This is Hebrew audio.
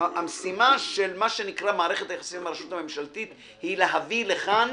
המשימה של מה שנקרא מערכת היחסים עם הרשות הממשלתית היא להביא לכאן